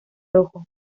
rojo